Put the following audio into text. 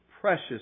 precious